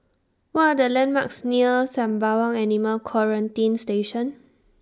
What Are The landmarks near Sembawang Animal Quarantine Station